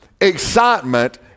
excitement